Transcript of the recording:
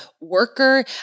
worker